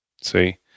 See